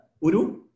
Uru